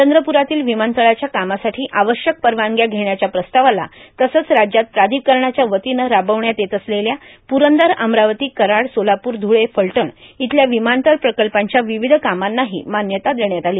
चंद्रप्रातील विमानतळाच्या कामासाठी आवश्यक परवानग्या घेण्याच्या प्रस्तावाला तसंच राज्यात प्राधिकरणाच्या वतीनं राबविण्यात येत असलेल्या पुरंदर अमरावती कराड सोलापूर ध्रळे फलटण इथल्या विमानतळ प्रकल्पांच्या विविध कामांनाही मान्यता देण्यात आली